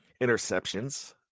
interceptions